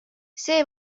see